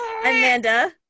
Amanda